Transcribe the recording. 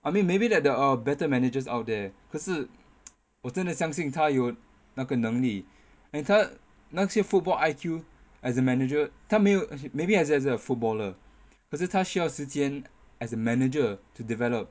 I mean maybe that there are better managers out there 可是我真的相信他有那个能力 and 他那些 football I_Q as a manager 他没有 maybe as as a footballer 可是他需要时间 as a manager to develop